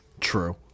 true